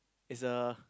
is a